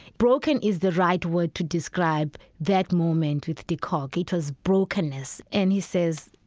broken is the right word to describe that moment with de kock. it was brokenness. and he says,